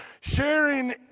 Sharing